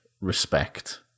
respect